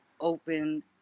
open